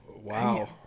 Wow